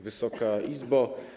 Wysoka Izbo!